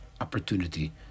opportunity